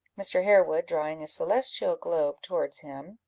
mr. harewood, drawing a celestial globe towards him,